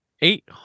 eight